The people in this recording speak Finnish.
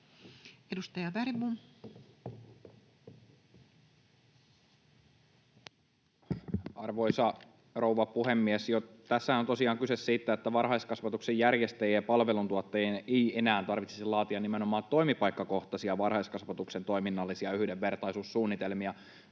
Content: Arvoisa rouva puhemies! Tässähän on tosiaan kyse siitä, että varhaiskasvatuksen järjestäjien ja palveluntuottajien ei enää tarvitsisi laatia nimenomaan toimipaikkakohtaisia varhaiskasvatuksen toiminnallisia yhdenvertaisuussuunnitelmia,